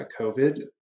COVID